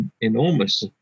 enormous